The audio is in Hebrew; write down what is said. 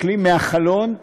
מסתכלים מהחלון,